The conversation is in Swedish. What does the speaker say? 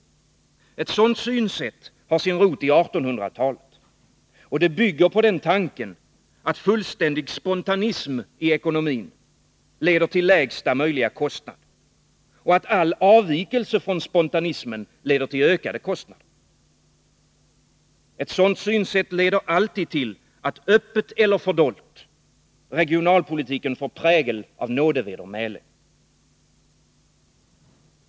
Ett sådant synsätt har sin rot i 1800-talet och bygger på tanken att fullständig spontanism i ekonomin leder till lägsta möjliga kostnad och att all avvikelse från spontanismen leder till ökad kostnad. Ett sådant synsätt leder alltid till att regionalpolitiken öppet eller fördolt får prägel av nådevedermäle.